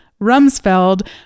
Rumsfeld